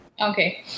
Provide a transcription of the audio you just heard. Okay